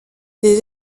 des